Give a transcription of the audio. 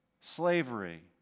slavery